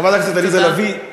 חברת הכנסת עליזה לביא,